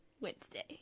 Wednesday